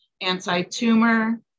anti-tumor